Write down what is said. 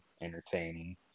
entertaining